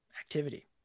activity